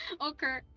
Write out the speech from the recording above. Okay